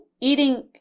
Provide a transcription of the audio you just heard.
eating